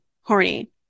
horny